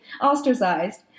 ostracized